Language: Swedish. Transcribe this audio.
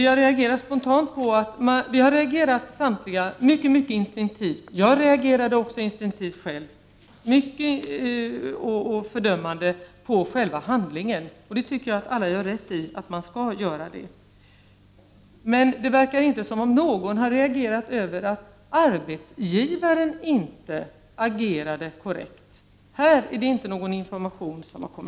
Jag reagerade spontant — vi reagerade alla mycket instinktivt, jag själv också — med ett fördömande av själva handlingen. Det tycker jag alla gör rätt i. Man skall göra det. Men det verkar inte som om någon har reagerat över att arbetsgivaren inte agerade korrekt. Om den saken har det inte kommit fram någon information.